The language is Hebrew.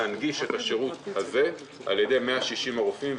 להנגיש את השירות הזה על ידי 160 הרופאים.